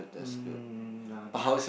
mm ya because